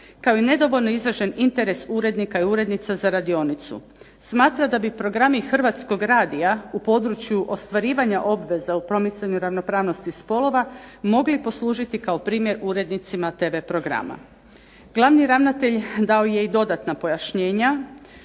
kao i nedovoljno izražen interes urednika i urednica za radionicu. Smatra da bi programi Hrvatskog radija u području ostvarivanja obveza u promicanju ravnopravnosti spolova mogli poslužiti kao primjer urednicima tv-programa. Glavni ravnatelj dao je i dodatna objašnjenja,